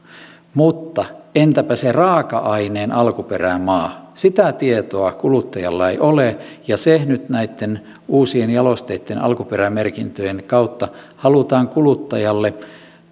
mutta entäpä se raaka aineen alkuperämaa sitä tietoa kuluttajalla ei ole ja se nyt näitten uusien jalosteitten alkuperämerkintöjen kautta halutaan kuluttajalle